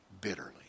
bitterly